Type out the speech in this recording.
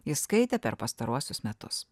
jis skaitė per pastaruosius metus